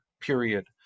period